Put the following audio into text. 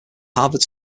harvard